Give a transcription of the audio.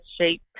shape